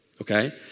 Okay